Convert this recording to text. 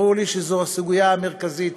ברור לי שזאת הסוגיה המרכזית